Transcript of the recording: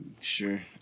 Sure